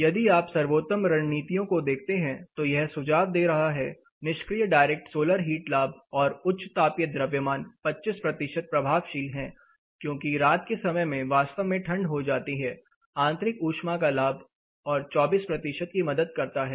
यदि आप सर्वोत्तम रणनीतियों को देखते हैं तो यह सुझाव दे रहा है निष्क्रिय डायरेक्ट सोलर हीट लाभ और उच्च तापीय द्रव्यमान 25 प्रतिशत प्रभावशील है क्योंकि रात के समय में वास्तव में ठंड हो जाती है आंतरिक ऊष्मा का लाभ और 24 प्रतिशत की मदद करता है